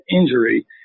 injury